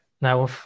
Now